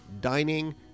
dining